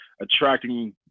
attracting